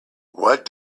what